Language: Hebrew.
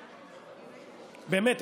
באמת,